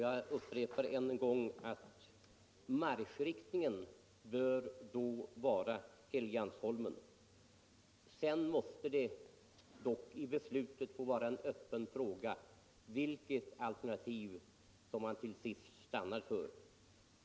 Jag upprepar än en gång att marschriktningen då bör vara Helgeandsholmen. Sedan måste det dock i beslutet få vara en öppen fråga vilket alternativ man till sist stannar för.